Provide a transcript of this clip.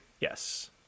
Yes